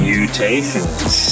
Mutations